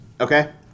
Okay